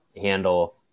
handle